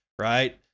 right